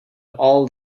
all